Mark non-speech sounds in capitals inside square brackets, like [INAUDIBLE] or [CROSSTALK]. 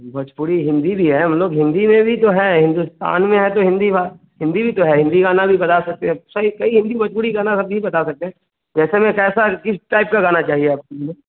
भोजपुरी हिन्दी भी हैं मतलब हिन्दी में भी तो है हिंदुस्तान में हैं तो हिन्दी भाषा हिन्दी भी तो है हिन्दी गाना भी बता सकते हैं सॉरी कई हिन्दी भोजपुरी गाना भी बता सकते हैं जैसे मैं कै सर किस टाइप का गाना चाहिए आपको [UNINTELLIGIBLE]